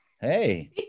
Hey